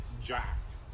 jacked